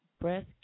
breast